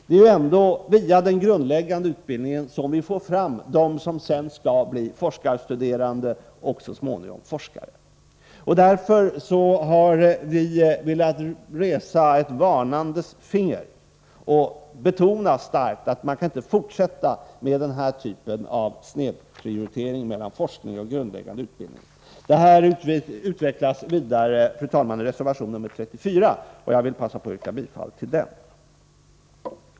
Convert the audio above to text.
Det är ändå via den grundläggande utbildningen som vi får fram dem som sedan skall bli forskarstuderande och så småningom forskare. Därför har vi velat höja ett 15 varnande finger och starkt betona att vi inte kan fortsätta med den här typen av sned prioritering mellan forskning och grundläggande utbildning. Detta utvecklas vidare i reservation 34, och jag vill passa på att yrka bifall till den.